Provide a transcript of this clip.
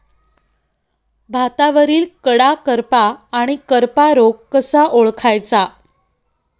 भातावरील कडा करपा आणि करपा रोग कसा ओळखायचा?